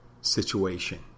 situation